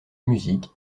musique